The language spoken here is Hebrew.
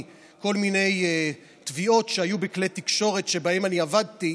מכל מיני תביעות שהיו בכלי תקשורת שבהם אני עבדתי.